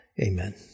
Amen